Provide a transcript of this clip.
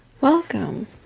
Welcome